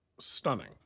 stunning